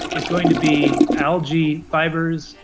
is going to be algae fibres,